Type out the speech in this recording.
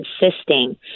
insisting